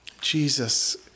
Jesus